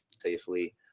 safely